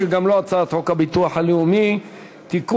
שגם לו הצעת חוק הביטוח הלאומי (תיקון,